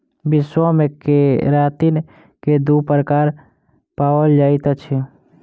विश्व मे केरातिन के दू प्रकार पाओल जाइत अछि